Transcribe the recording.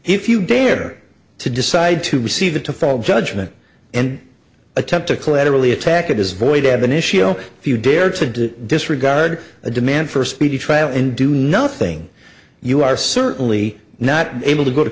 if you dare to decide to receive it to fall judgement and attempt to collaterally attack it is void of an issue oh if you dare to do disregard a demand for a speedy trial and do nothing you are certainly not able to go to